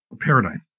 paradigm